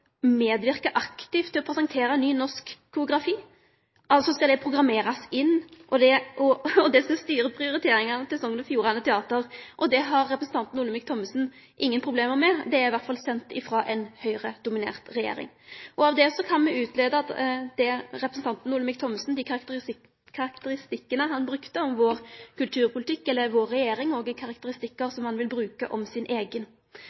medverke aktivt til å presentere ny norsk koreografi. Det skal programmerast inn, og det skal styre prioriteringane til Sogn og Fjordane teater. Og det har representanten Olemic Thommessen ingen problem med? Det er i alle fall sendt frå ei Høgre-dominert regjering. Av det kan vi utleie at dei karakteristikkane representanten Olemic Thommessen brukte om vår kulturpolitikk, eller vår regjering, òg er karakteristikkar som han vil bruke om sin eigen. Hovudforskjellen på ei Høgre- og